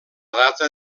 data